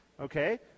Okay